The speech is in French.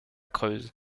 creuse